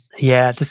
yeah.